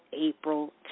April